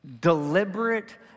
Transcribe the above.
deliberate